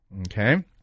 Okay